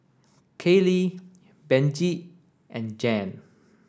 Kaylie Benji and Jan